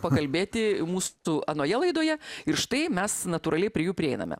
pakalbėti mūsų tu anoje laidoje ir štai mes natūraliai prie jų prieiname